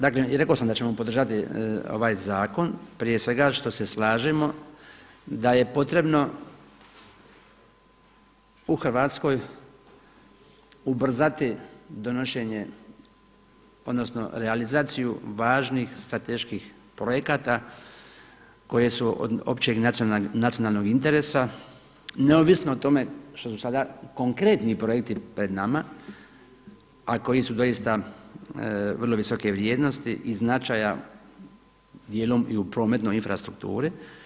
Dakle i rekao sam da ćemo podržati ovaj zakon prije svega što se slažemo da je potrebno u Hrvatskoj ubrzati donošenje odnosno realizaciju važnih strateških projekata koje su od općeg i nacionalnog interesa neovisno o tome što su sada konkretni projekti pred nama a koji su doista vrlo visoke vrijednosti i značaja dijelom i u prometnoj infrastrukturi.